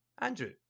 Andrew